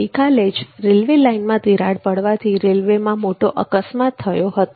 ગઈકાલે જ railway line માં તિરાડ પડવાથી રેલવેમાં મોટો અકસ્માત થયો હતો